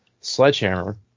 Sledgehammer